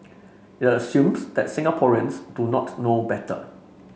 it assumes that Singaporeans do not know better